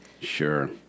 Sure